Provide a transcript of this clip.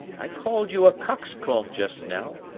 i called you a coxcomb just now,